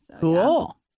Cool